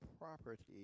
property